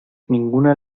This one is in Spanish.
ninguna